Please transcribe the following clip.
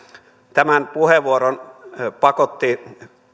tämän puheenvuoron pakotti